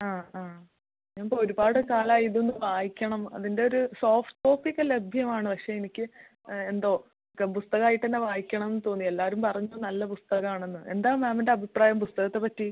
ആ ആ ഞങ്ങൾക്ക് ഒരുപാട് കാലമായി ഇതൊന്ന് വായിണം അതിൻ്റെ ഒരു സോഫ്റ്റ് കോപ്പി ഒക്കെ ലഭ്യമാണ് പക്ഷെ എനിക്ക് എന്തോ പുസ്തകമായിട്ട് തന്നെ വായിക്കണം എന്ന് തോന്നി എല്ലാവരും പറഞ്ഞു നല്ല പുസ്തകമാണെന്ന് എന്താണ് മാമിൻ്റെ അഭിപ്രായം പുസ്തകത്തെ പറ്റി